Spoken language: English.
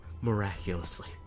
Miraculously